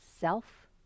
self